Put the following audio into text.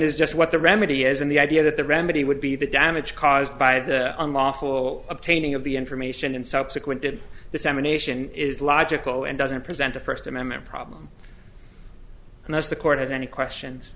is just what the remedy is and the idea that the remedy would be the damage caused by the unlawful obtaining of the information in subsequent did dissemination is logical and doesn't present a first amendment problem and that's the court has any questions